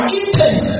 intent